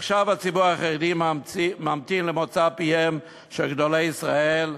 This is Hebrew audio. עכשיו הציבור החרדי ממתין למוצא פיהם של גדולי ישראל,